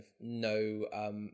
no